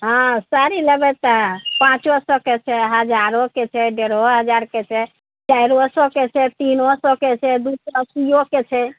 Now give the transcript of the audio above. हाँ साड़ी लेबय तऽ पाँचो सओके हजारोके छै डेढ़ो हजारके छै चाइरो सओके छै तीनो सओके छै दू सओ अस्सियोके छै